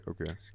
okay